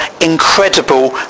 incredible